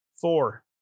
Four